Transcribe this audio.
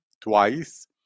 twice